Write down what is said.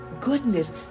goodness